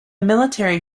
military